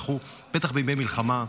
בטח בימי מלחמה.